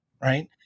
right